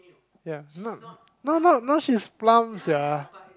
ya not no no no she's plump sia